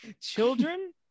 children